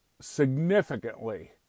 significantly